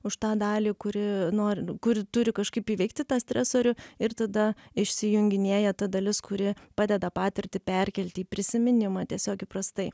už tą dalį kuri nori kuri turi kažkaip įveikti tą stresorių ir tada išsijunginėja ta dalis kuri padeda patirtį perkelti į prisiminimą tiesiog įprastai